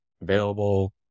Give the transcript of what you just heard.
available